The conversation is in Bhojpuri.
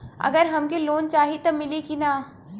अगर हमके लोन चाही त मिली की ना?